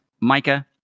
Micah